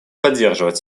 поддерживать